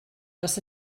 dros